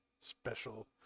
special